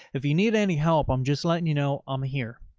if you need any help, i'm just letting you know i'm here.